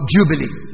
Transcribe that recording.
Jubilee